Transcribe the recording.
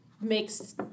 makes